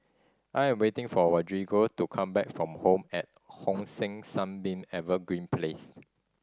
I am waiting for Rodrigo to come back from Home at Hong San Sunbeam Evergreen Place